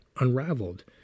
unraveled